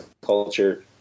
culture